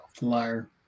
Liar